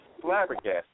flabbergasted